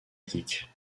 kick